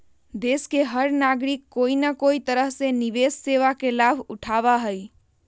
देश के हर नागरिक कोई न कोई तरह से निवेश सेवा के लाभ उठावा हई